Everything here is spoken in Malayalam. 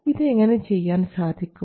ഇത് എങ്ങനെ ചെയ്യാൻ സാധിക്കും